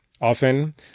often